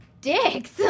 dicks